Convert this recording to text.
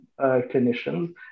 clinicians